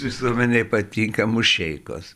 visuomenei patinka mušeikos